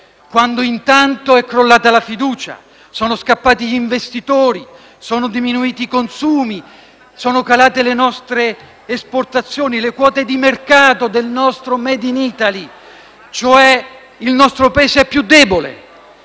sbruffonerie è crollata la fiducia, sono scappati gli investitori, sono diminuiti i consumi, sono calate le nostre esportazioni, le quote di mercato del nostro *made in Italy*. Il nostro Paese è più debole